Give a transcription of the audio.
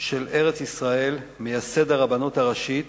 של ארץ-ישראל, מייסד הרבנות הראשית